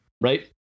Right